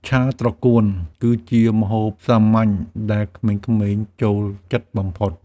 ឆាត្រកួន គឺជាម្ហូបសាមញ្ញដែលក្មេងៗចូលចិត្តបំផុត។